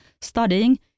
studying